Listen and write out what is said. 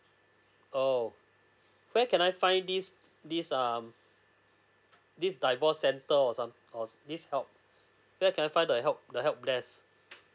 oo where can I find this this um this divorce centre or some or this help where can I find the help the helpdesk